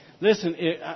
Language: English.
listen